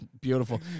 Beautiful